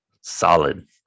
solid